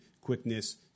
quickness